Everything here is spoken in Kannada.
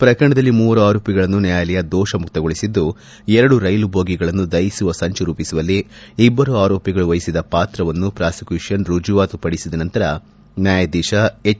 ಪ್ರಕರಣದಲ್ಲಿ ಮೂವರು ಆರೋಪಿಗಳನ್ನು ನ್ನಾಯಾಲಯ ದೋಷಮುಕ್ತಗೊಳಿಸಿದ್ದು ಎರಡು ರೈಲು ಬೋಗಿಗಳನ್ನು ದಹಿಸುವ ಸಂಚು ರೂಪಿಸುವಲ್ಲಿ ಇಬ್ಲರು ಆರೋಪಿಗಳು ವಹಿಸಿದ ಪಾತ್ರವನ್ನು ಪ್ರಾಸಿಕ್ಟೂಷನ್ ರುಜುವಾತುಪಡಿಸಿದ ನಂತರ ನ್ಯಾಯಾಧೀಶ ಎಚ್